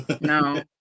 No